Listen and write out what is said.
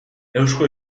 eusko